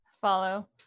Follow